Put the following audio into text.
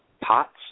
pots